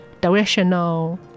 directional